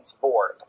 board